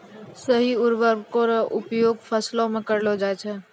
सही उर्वरको क उपयोग फसलो म करलो जाय छै